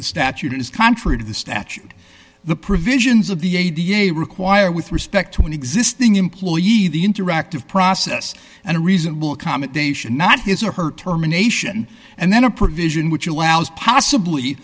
the statute is contrary to the statute the provisions of the a da require with respect to an existing employee of the interactive process and a reasonable accommodation not his or her terminations and then a provision which allows possibly